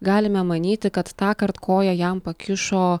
galime manyti kad tąkart koją jam pakišo